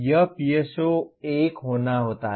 यहाँ यह PSO1 होना होता है